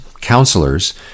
counselors